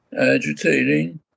agitating